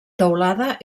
teulada